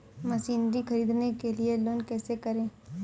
Machinery ख़रीदने के लिए लोन कैसे करें?